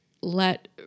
let